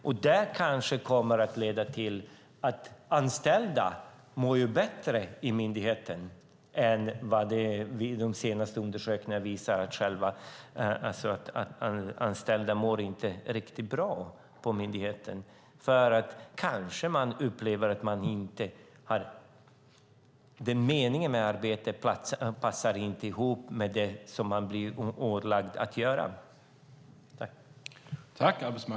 Det kanske kommer att leda till att anställda i myndigheten mår bättre än vad de senaste undersökningarna visar. De anställda mår inte riktigt bra på myndigheten, kanske för att man upplever att meningen med arbetet inte passar ihop med det man blir ålagd att göra.